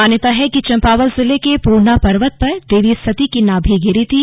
मान्यता है कि चम्पावत जिले के पूर्णा पर्वत पर देवी सती की नाभि गिरी थी